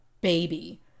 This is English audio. baby